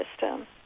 system